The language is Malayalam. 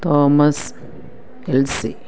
Thomas LC